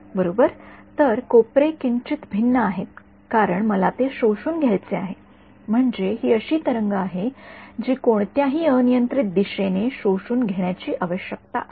बरोबर तर कोपरे किंचित भिन्न आहेत कारण मला ते शोषून घ्यायचे आहे म्हणजे हि अशी तरंग आहे जी कोणत्याही अनियंत्रित दिशेने शोषून घेण्याची आवश्यकता आहे